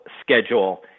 schedule